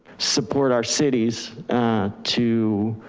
support our cities to